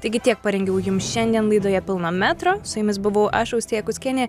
taigi tiek parengiau jums šiandien laidoje pilno metro su jumis buvau aš austėja kuskienė